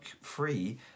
free